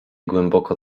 głęboko